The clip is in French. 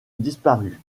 disparu